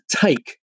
take